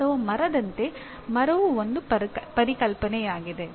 ಅಥವಾ ಮರದಂತೆ ಮರವು ಒಂದು ಪರಿಕಲ್ಪನೆಯಾಗಿದೆ